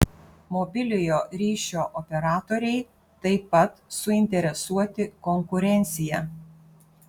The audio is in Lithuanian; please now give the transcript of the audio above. mobiliojo ryšio operatoriai taip pat suinteresuoti konkurencija